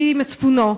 מצפונו.